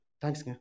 Thanks